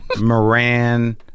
Moran